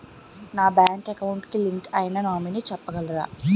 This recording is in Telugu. నా బ్యాంక్ అకౌంట్ కి లింక్ అయినా నామినీ చెప్పగలరా?